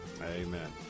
Amen